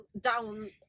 down